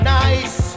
nice